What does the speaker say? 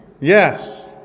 Yes